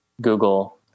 Google